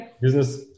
business